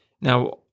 now